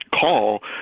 call